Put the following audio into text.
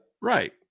Right